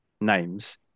names